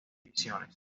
divisiones